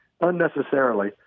unnecessarily